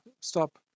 stop